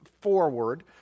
forward